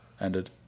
ended